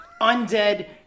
undead